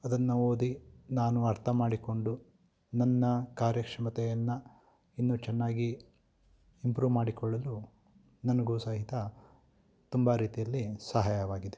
ಅದನ್ನು ಓದಿ ನಾನು ಅರ್ಥ ಮಾಡಿಕೊಂಡು ನನ್ನ ಕಾರ್ಯ ಕ್ಷಮತೆಯನ್ನ ಇನ್ನೂ ಚೆನ್ನಾಗಿ ಇಂಪ್ರೂವ್ ಮಾಡಿಕೊಳ್ಳಲು ನನಗೂ ಸಹಿತ ತುಂಬ ರೀತಿಯಲ್ಲಿ ಸಹಾಯವಾಗಿದೆ